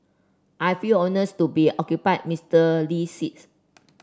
I feel honours to be occupy Mister Lee's seats